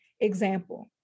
Example